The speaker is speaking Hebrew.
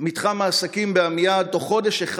בתוך חודש אחד מתחם העסקים בעמיעד נפגע.